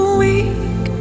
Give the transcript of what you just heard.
weak